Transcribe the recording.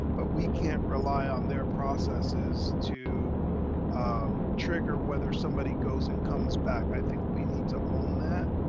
but we can't rely on their processes to trigger whether somebody goes and comes back. i think we need to own that.